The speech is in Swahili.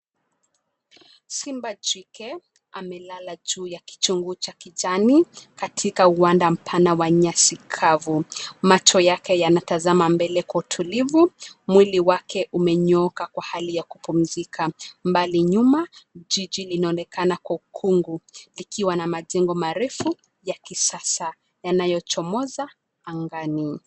Simba jike amelala juu ya kichungu cha kijani katika uwanda mpana wa nyasi kavu, macho yake yanatazama mbele kwa utulivu, mwili wake umenyooka kwa hali ya kupumzika. Mbali nyuma jiji linaonekana kwa ukungu likiwa na majengo marefu ya kisasa yanayochomoza angani.